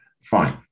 fine